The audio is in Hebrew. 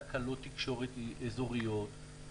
תקלות תקשורת אזוריות,